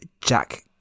Jack